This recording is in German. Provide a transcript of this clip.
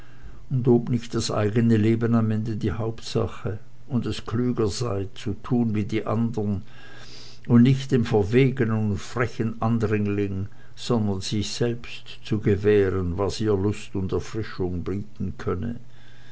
und ob nicht das eigene leben am ende die hauptsache und es klüger sei zu tun wie die andern und nicht dem verwegenen und frechen andringling sondern sich selbst zu gewähren was ihr lust und erfrischung bieten könne